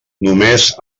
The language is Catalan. només